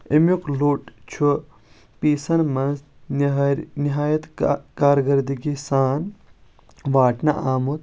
أمیُک لوٚٹ چھُ پیٖسن منٛز نہایت کارکردگی سان واٹنہٕ آمُت